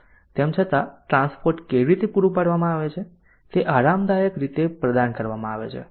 તેમ છતાં ટ્રાન્સપોર્ટ કેવી રીતે પૂરું પાડવામાં આવે છે તે આરામદાયક રીતે પ્રદાન કરવામાં આવે છે